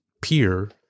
peer